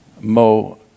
Mo